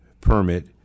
permit